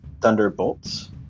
Thunderbolts